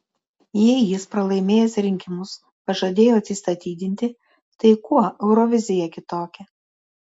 jei jis pralaimėjęs rinkimus pažadėjo atsistatydinti tai kuo eurovizija kitokia